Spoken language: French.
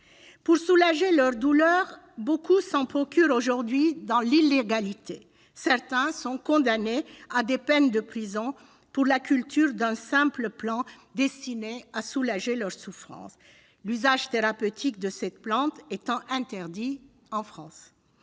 pour soulager leurs douleurs, beaucoup de malades se procurent du cannabis dans l'illégalité. Certains sont condamnés à des peines de prison pour la culture d'un simple plant destiné à apaiser leurs souffrances, l'usage thérapeutique de cette plante étant interdit en France.